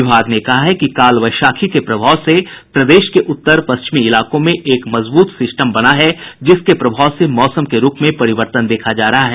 विभाग ने कहा है कि काल वैशाखी के प्रभाव से प्रदेश के उत्तर पश्चिमी इलाकों में एक मजबूत सिस्टम बना है जिसके प्रभाव से मौसम के रूख में परिवर्तन देखा जा रहा है